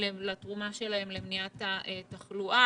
לתרומה שלהם למניעת התחלואה.